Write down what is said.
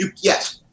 yes